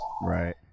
Right